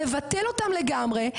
לבטל אותם לגמרי,